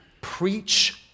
preach